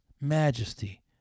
majesty